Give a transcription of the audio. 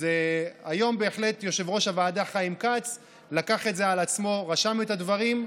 אז היום יושב-ראש הוועדה חיים כץ לקח את זה על עצמו ורשם את הדברים.